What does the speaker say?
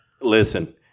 Listen